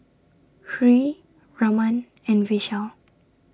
Hri Raman and Vishal